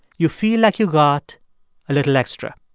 you feel like you got a little extra.